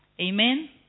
Amen